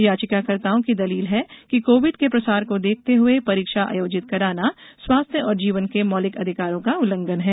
याचिकाकर्ताओं की दलील है कि कोविड के प्रसार को देखते हुए परीक्षा आयोजित कराना स्वास्थ्य और जीवन के मौलिक अधिकारों का उल्लंघन है